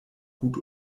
gut